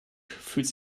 fühlt